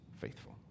faithful